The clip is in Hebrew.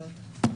א.